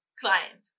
client